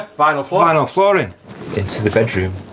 vinyl floor and floor and into the bedroom,